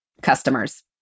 customers